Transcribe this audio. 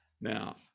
Now